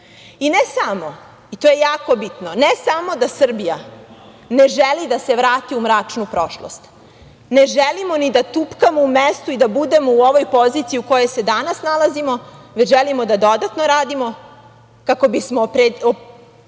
ne samo, i to je jako bitno, i ne samo da Srbija ne želi da se vrati u mračnu prošlost, ne želimo ni da tupkamo u mestu i da budemo u ovoj poziciji u kojoj se danas nalazimo, već želimo da dodatno radimo kako bismo unapredili